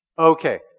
Okay